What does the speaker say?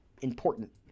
important